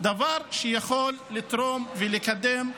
דבר שיכול לתרום ולקדם.